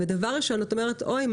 ודבר ראשון שחושבים זה: אוי,